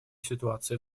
ситуации